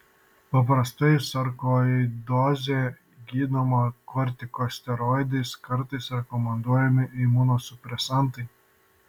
paprastai sarkoidozė gydoma kortikosteroidais kartais rekomenduojami imunosupresantai